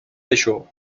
بشو